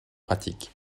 pratiques